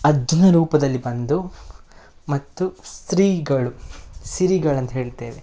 ಅಧ್ಮ ರೂಪದಲ್ಲಿ ಬಂದು ಮತ್ತು ಸ್ತ್ರೀಗಳು ಸಿರಿಗಳಂತ ಹೇಳ್ತೇವೆ